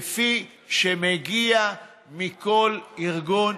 כפי שמגיע מכל ארגון.